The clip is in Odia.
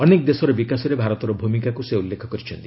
ଅନେକ ଦେଶର ବିକାଶରେ ଭାରତର ଭୂମିକାକୁ ସେ ଉଲ୍ଲେଖ କରିଛନ୍ତି